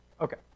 Okay